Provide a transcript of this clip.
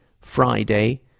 Friday